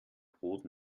brot